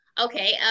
Okay